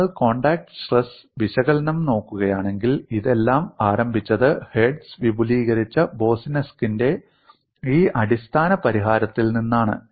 നിങ്ങൾ contact stress വിശകലനം നോക്കുകയാണെങ്കിൽ ഇതെല്ലാം ആരംഭിച്ചത് ഹെർട്സ് വിപുലീകരിച്ച ബോസ്സിനെസ്ക്ന്റെ ഈ അടിസ്ഥാന പരിഹാരത്തിൽ നിന്നാണ്